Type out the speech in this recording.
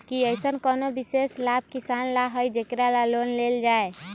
कि अईसन कोनो विशेष लाभ किसान ला हई जेकरा ला लोन लेल जाए?